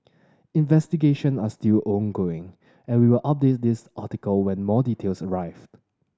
investigation are still ongoing and we'll update this article when more details arrive